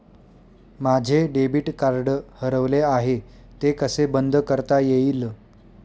माझे debit card हरवले आहे ते कसे बंद करता येईल?